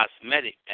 Cosmetic